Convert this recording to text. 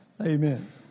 Amen